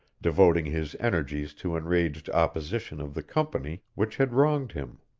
devoting his energies to enraged opposition of the company which had wronged him.